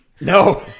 No